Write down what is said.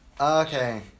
Okay